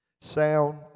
Sound